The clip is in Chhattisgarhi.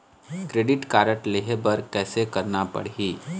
क्रेडिट कारड लेहे बर कैसे करना पड़ही?